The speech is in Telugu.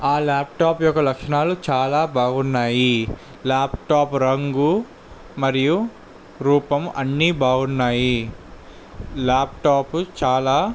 ఆ ల్యాప్టాప్ యొక్క లక్షణాలు చాలా బాగున్నాయి ల్యాప్టాప్ రంగు మరియు రూపం అన్ని బాగున్నాయి ల్యాప్టాప్ చాలా